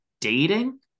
dating